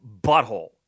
butthole